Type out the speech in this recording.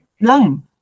loan